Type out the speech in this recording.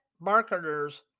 marketers